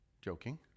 Joking